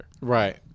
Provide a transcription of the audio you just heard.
Right